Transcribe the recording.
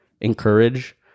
encourage